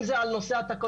אם זה על נושא התקלות,